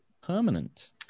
permanent